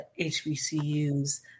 HBCUs